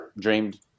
dreamed